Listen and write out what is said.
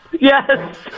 Yes